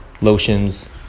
lotions